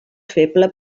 feble